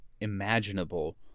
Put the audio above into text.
imaginable